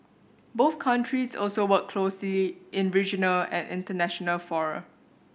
both countries also work closely in regional and international fora